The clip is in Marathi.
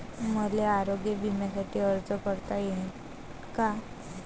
मले आरोग्य बिम्यासाठी अर्ज करता येईन का?